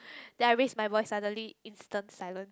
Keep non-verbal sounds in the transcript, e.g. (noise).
(breath) then I raise my voice suddenly instant silence